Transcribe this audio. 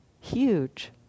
huge